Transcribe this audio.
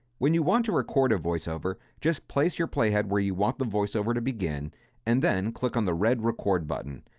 when you want to record a voice-over, just place your play head where you want the voice-over to begin and then click on the red record button,